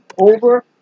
over